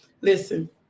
Listen